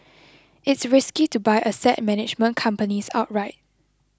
it's risky to buy asset management companies outright